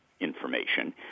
information